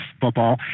football